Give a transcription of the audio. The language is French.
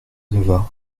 leva